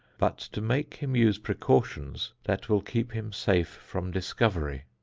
but to make him use precautions that will keep him safe from discovery.